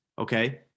okay